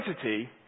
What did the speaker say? identity